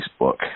Facebook